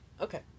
Okay